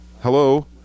Hello